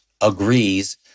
agrees